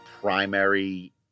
primary